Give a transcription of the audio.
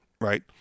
Right